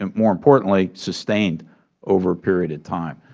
and more importantly, sustained over a period of time.